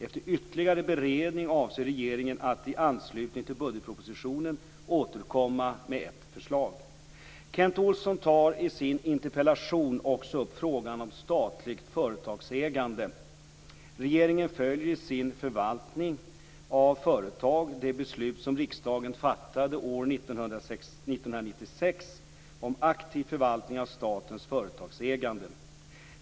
Efter ytterligare beredning avser regeringen att i anslutning till budgetpropositionen återkomma med ett förslag. Kent Olsson tar i sin interpellation också upp frågan om statligt företagsägande. Regeringen följer i sin förvaltning av företag det beslut som riksdagen fattade år 1996 om aktiv förvaltning av statens företagsägande.